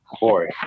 boy